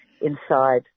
inside